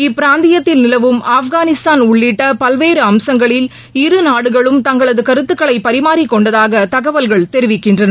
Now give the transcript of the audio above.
இப்பிராந்தியத்தில் நிலவும் ஆப்கானிஸ்தான் உள்ளிட்ட பல்வேறு அம்சங்களில் இருநாடுகளும் தங்களது கருத்துக்களை பரிமாறிக் கொண்டதாக தகவல்கள் தெரிவிக்கின்றன